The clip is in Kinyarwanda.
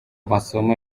amasomo